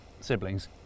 siblings